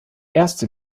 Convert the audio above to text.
erste